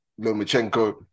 Lomachenko